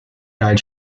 died